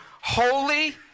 holy